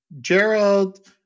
Gerald